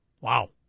Wow